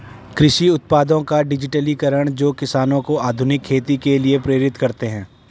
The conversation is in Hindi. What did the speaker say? कृषि उत्पादों का डिजिटलीकरण जो किसानों को आधुनिक खेती के लिए प्रेरित करते है